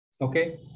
Okay